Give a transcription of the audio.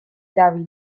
dabil